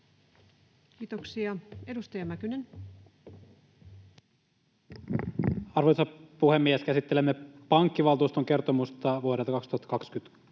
Kiitoksia. — Edustaja Mäkynen. Arvoisa puhemies! Käsittelemme pankkivaltuuston kertomusta vuodelta 2023.